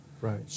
right